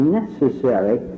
necessary